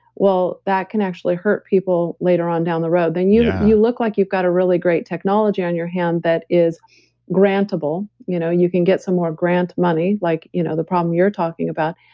well, that can actually hurt people later on down the road. then you you look like you got a really great technology on your hand that is grantable, you know, you can get some more grant money like you know the problem you're talking about.